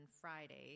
Friday